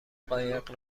قایق